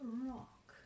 rock